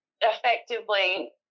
effectively